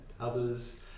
others